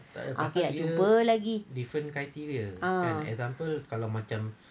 nak jumpa lagi ah